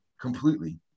completely